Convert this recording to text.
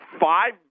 five